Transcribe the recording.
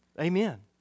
Amen